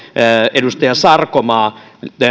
edustaja sarkomaa